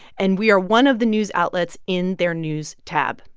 and we are one of the news outlets in their news tab.